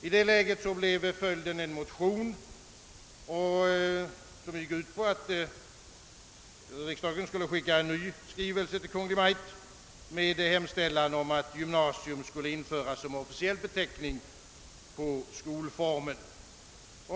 I det läget blev följden en motion som gick ut på att riksdagen skulle skicka en ny skrivelse till Kungl. Maj:t med hemställan om att >gymnasium> skulle införas som officiell beteckning på skolformen.